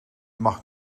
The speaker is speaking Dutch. mag